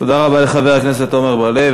תודה רבה לחבר הכנסת עמר בר-לב.